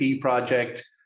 project